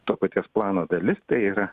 to paties plano dalis tai yra